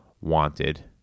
wanted